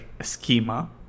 schema